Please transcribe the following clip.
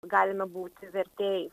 galime būti vertėjai